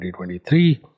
2023